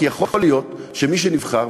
כי יכול להיות שמי שנבחר,